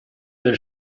del